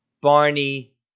Barney